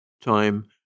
Time